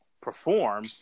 perform